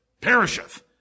perisheth